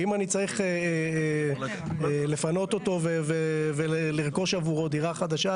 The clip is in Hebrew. ואם אני צריך לפנות אותו ולרכוש עבורו דירה חדשה,